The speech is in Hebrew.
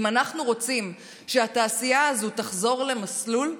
אם אנחנו רוצים שהתעשייה הזאת תחזור למסלול,